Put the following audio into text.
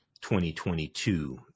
2022